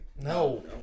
No